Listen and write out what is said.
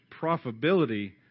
profitability